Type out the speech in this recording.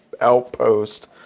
outpost